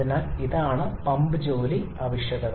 അതിനാൽ ഇതാണ് പമ്പ്nജോലി ആവശ്യകത